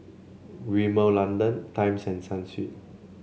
Rimmel London Times and Sunsweet